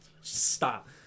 Stop